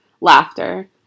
Laughter